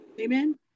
Amen